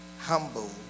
humble